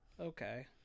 Okay